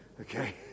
Okay